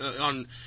on